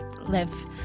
live